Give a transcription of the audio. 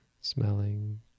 smelling